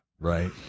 right